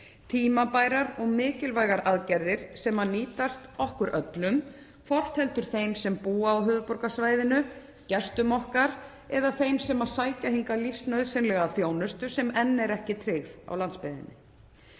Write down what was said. Tímabærar og mikilvægar aðgerðir sem nýtast okkur öllum, hvort heldur þeim sem búa á höfuðborgarsvæðinu, gestum okkar eða þeim sem sækja hingað lífsnauðsynlega þjónustu sem enn er ekki tryggð á landsbyggðinni.